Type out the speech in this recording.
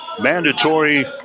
mandatory